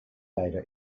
data